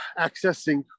accessing